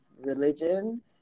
religion